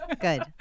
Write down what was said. good